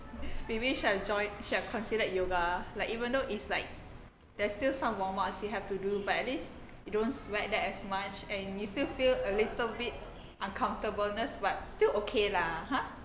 maybe you should have joined should have considered yoga like even though it is like there's still some warm-ups you have to do but at least you don't sweat that as much and you still feel a little bit uncomfortable-ness but still okay lah ha